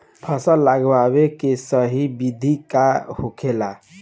फल लगावे के सही विधि का होखेला?